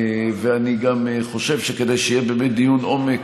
ואני גם חושב שכדי שיהיה באמת דיון עומק,